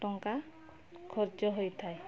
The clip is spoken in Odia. ଟଙ୍କା ଖର୍ଚ୍ଚ ହୋଇଥାଏ